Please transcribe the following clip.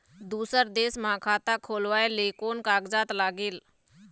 दूसर देश मा खाता खोलवाए ले कोन कागजात लागेल?